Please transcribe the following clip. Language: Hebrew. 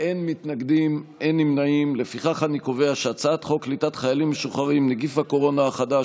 אין חוק קליטת חיילים משוחררים (נגיף הקורונה החדש,